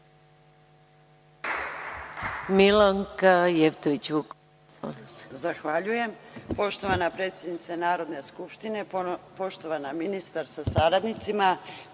Milanka Jevtović Vuković.